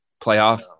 playoff